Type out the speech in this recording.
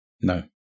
No